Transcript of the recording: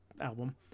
album